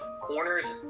corners